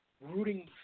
rooting